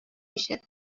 میشه